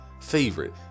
favorite